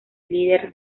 líder